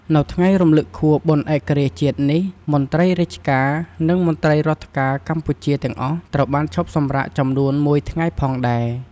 នៅថ្ងៃរំលឹកខួបបុណ្យឯករាជ្យជាតិនេះ មន្ត្រីរាជការ និង មន្ត្រីរដ្ឋការកម្ពុជាទាំងអស់ត្រូវបានឈប់សំរាកចំនួន ១ថ្ងៃផងដែរ ។